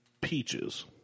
peaches